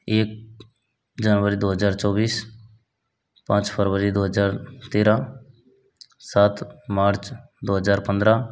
एक जनवरी दो हज़ार चौबीस पाँच फरवरी दो हज़ार तेरह सात मार्च दो हज़ार पंद्रह